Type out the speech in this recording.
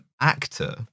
actor